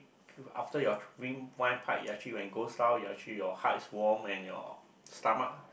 after you actually when it goes down ya actually your heart is warm and your stomach